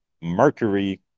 mercury